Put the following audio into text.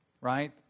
right